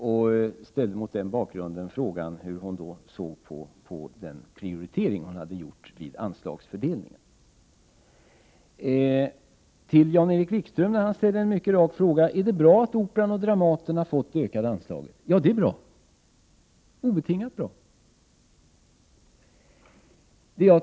Jag ställde mot den bakgrunden frågan hur hon då såg på den prioritering hon hade gjort vad gäller anslagsfördelningen. Jan-Erik Wikström ställde en mycket rak fråga: Är det bra att Operan och Dramaten har fått ökade anslag? Ja, det är bra, obetingat bra.